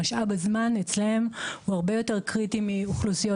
שמשאב הזמן אצלם הוא הרבה יותר קריטי מאוכלוסיות